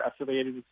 affiliated